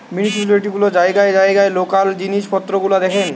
municipality গুলা জায়গায় জায়গায় লোকাল জিনিস পত্র গুলা দেখেন